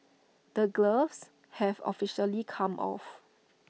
the gloves have officially come off